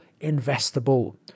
investable